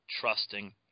trusting